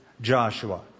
Joshua